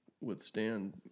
withstand